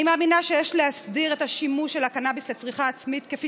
אני מאמינה שיש להסדיר את השימוש בקנביס לצריכה עצמית כפי